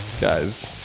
Guys